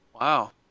Wow